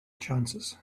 chances